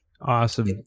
Awesome